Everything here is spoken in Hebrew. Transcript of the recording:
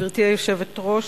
גברתי היושבת-ראש,